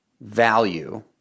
value